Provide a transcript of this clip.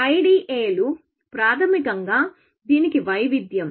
IDAలు ప్రాథమికంగా దీనికి వైవిధ్యం